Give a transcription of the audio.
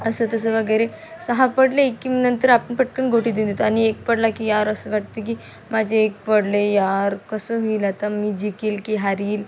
असं तसं वगैरे सहा पडले की नंतर आपण पटकन गोटी देऊन देतो आणि एक पडला की यार असं वाटतं की माझे एक पडले यार कसं होईल आता मी जिंकेल की हारेल